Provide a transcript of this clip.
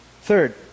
Third